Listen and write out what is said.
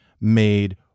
made